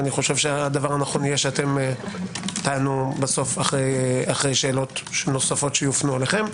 ואני חושב שהדבר הנכון יהיה שתענו בסוף אחרי שאלות נוספות שיופנו אליכם.